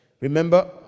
Remember